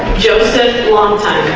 joseph long time